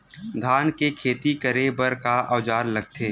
धान के खेती करे बर का औजार लगथे?